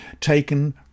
taken